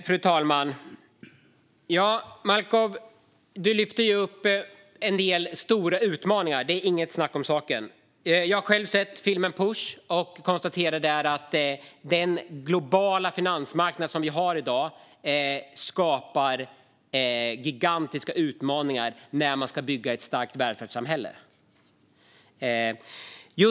Fru talman! Ja, Malcolm, du lyfter ju upp en del stora utmaningar. Det är inget snack om saken. Jag har själv sett filmen Push och kan konstatera att dagens globala finansmarknad skapar gigantiska utmaningar när man ska bygga ett starkt välfärdssamhälle.